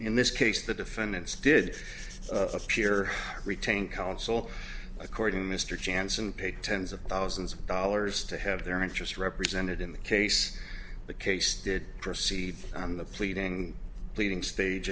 in this case the defendants did appear retain counsel according to mr chance and paid tens of thousands of dollars to have their interest represented in the case the case did proceed on the pleading pleading stage